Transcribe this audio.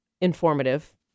Informative